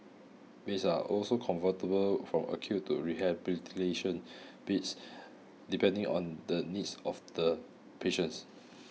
beds are also convertible from acute to rehabilitation beds depending on the needs of the patients